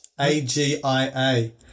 A-G-I-A